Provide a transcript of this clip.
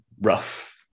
rough